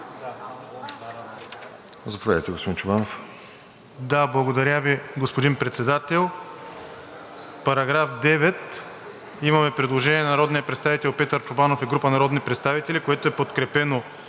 Заповядайте, господин Чобанов.